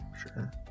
Sure